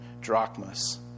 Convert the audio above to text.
drachmas